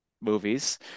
movies